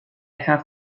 have